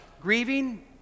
grieving